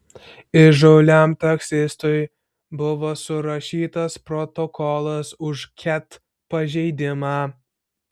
įžūliam taksistui buvo surašytas protokolas už ket pažeidimą